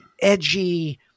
edgy